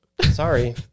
Sorry